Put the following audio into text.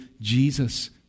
Jesus